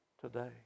today